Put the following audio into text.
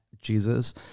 jesus